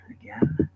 again